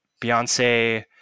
Beyonce